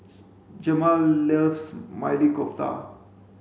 Jemal loves Maili Kofta